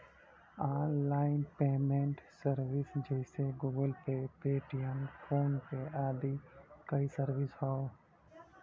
online payment service जइसे Google Pay, Paytm, PhonePe आदि कई सर्विस हौ